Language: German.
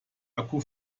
akku